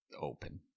open